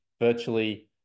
virtually